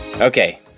Okay